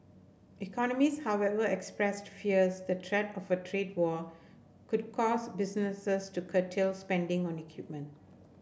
economists however expressed fears the threat of a trade war could cause businesses to curtail spending on equipment